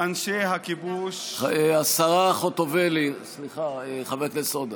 אנשי הכיבוש, סליחה, חבר הכנסת עודה.